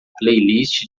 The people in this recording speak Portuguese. playlist